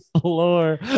floor